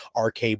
RK